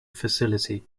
facility